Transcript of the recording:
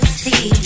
see